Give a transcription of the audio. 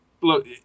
look